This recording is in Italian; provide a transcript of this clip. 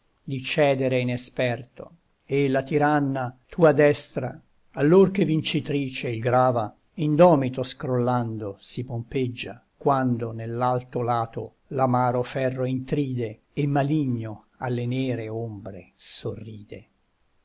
di cedere inesperto e la tiranna tua destra allor che vincitrice il grava indomito scrollando si pompeggia quando nell'alto lato l'amaro ferro intride e maligno alle nere ombre sorride